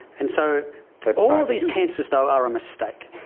and so like all these cancers though are a mistake.